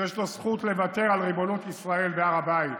שיש לו זכות לוותר על ריבונות ישראל בהר הבית.